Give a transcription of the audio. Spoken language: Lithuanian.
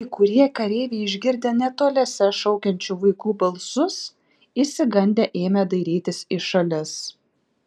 kai kurie kareiviai išgirdę netoliese šaukiančių vaikų balsus išsigandę ėmė dairytis į šalis